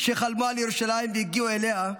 שחלמו על ירושלים והגיעו אליה,